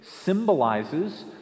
symbolizes